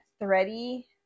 thready